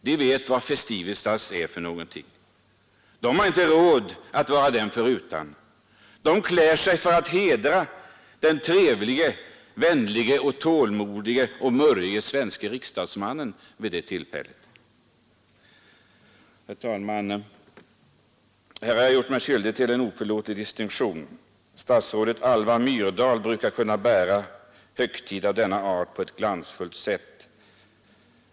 De vet vad festivitas är för någonting. De har inte råd att vara den förutan, och de klär sig vid det här tillfället för att hedra den trevlige, vänlige, tålmodige men murrige svenske riksdagsmannen. Herr talman! Här har jag gjort mig skyldig till en oförlåtlig distinktion — statsrådet Alva Myrdal brukar kunna bära högtid av denna art på ett glansfullt sätt.